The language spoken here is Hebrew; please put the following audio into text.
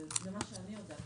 אבל זה מה שאני יודעת.